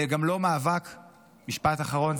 משפט אחרון,